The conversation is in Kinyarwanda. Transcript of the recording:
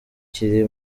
kiri